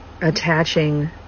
attaching